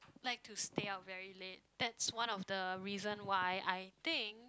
like to stay out very late that's one of the reason why I think